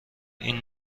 این